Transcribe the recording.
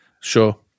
Sure